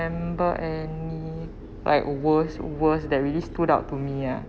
remember any like worst worst that really stood out to me ah